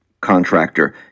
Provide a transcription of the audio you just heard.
contractor